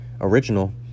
original